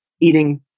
eating